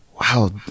wow